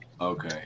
Okay